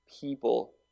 people